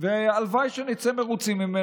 והלוואי שנצא ממנו מרוצים.